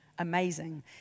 amazing